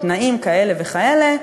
בתנאים כאלה וכאלה,